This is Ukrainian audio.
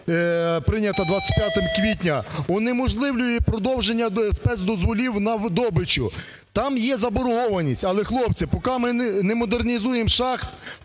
прийнята 25 квітня унеможливлює продовження спецдозволів на видобичу. Там є заборгованість. Але, хлопці, поки ми не модернізуємо шахт,